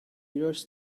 yours